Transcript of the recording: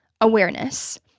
awareness